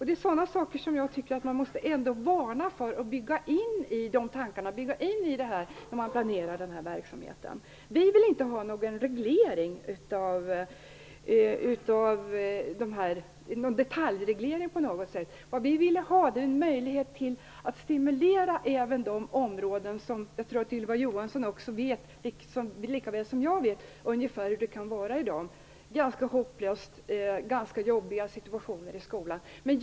Det är sådant som jag tycker att man ändå bör varna för och ta med vid planeringen av den här verksamheten. Vi vill inte ha en detaljreglering på något sätt. Vad vi vill ha är en möjlighet till att stimulera även andra områden. Ylva Johansson vet lika väl som jag hur det kan vara i dag: ganska hopplöst och ganska jobbiga situationer i skolan.